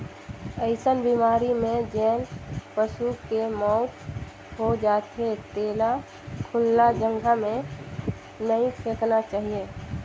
अइसन बेमारी में जेन पसू के मउत हो जाथे तेला खुल्ला जघा में नइ फेकना चाही